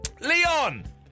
Leon